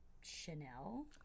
Chanel